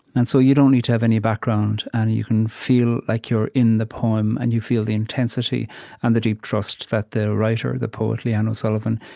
and so you don't need to have any background, and you can feel like you're in the poem, and you feel the intensity and the deep trust that the writer, the poet, leanne o'sullivan,